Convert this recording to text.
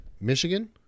Michigan